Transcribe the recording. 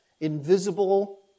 invisible